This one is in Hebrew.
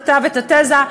כתב את התזה.